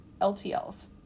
LTLs